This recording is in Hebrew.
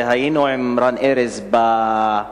והיינו עם רן ארז באספה,